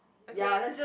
okay